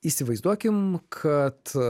įsivaizduokim kad